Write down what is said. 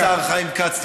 השר חיים כץ,